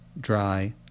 dry